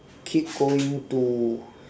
keep going to